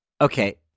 Okay